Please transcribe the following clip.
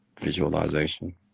visualization